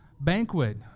banquet